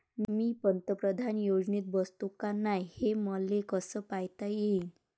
मी पंतप्रधान योजनेत बसतो का नाय, हे मले कस पायता येईन?